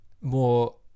more